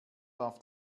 warf